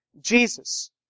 Jesus